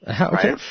Okay